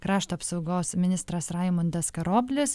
krašto apsaugos ministras raimundas karoblis